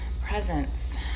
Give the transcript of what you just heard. presence